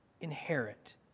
inherit